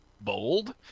bold